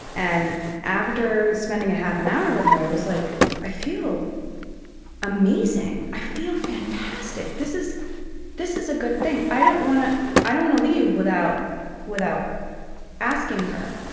and after spending half an hour with her i was like i feel amazing, i feel fantastic. this is this is a good thing. i don't i don't wanna leave without without asking her.